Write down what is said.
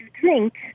drink